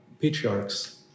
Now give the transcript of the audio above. patriarchs